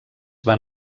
van